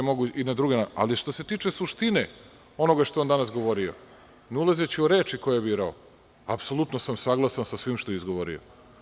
Ali što se tiče suštine onoga što je on danas govorio, ne ulazeći u reči koje je birao, apsolutno sam saglasan sa svim što je izgovorio.